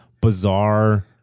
bizarre